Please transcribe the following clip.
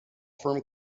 firm